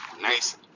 Nice